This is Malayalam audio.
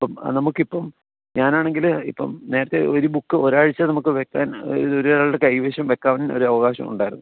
ഇപ്പം നമുക്കിപ്പം ഞാനാണെങ്കിൽ ഇപ്പം നേരത്തെ ഒരു ബുക്ക് ഒരാഴ്ച നമുക്ക് വെക്കാൻ ഇത് ഒരാളുടെ കൈവശം വെക്കാൻ ഒരവകാശമുണ്ടായിരുന്നു